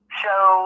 show